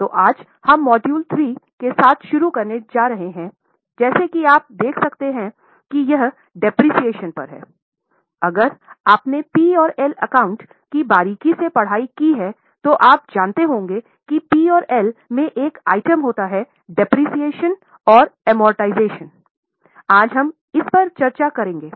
तो आज हम मॉड्यूल 3 के साथ शुरू करने जा रहे हैं जैसा कि आप देख सकते हैं कि यह मूल्यह्रास आज हम इस पर चर्चा करने जा रहे हैं